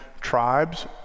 tribes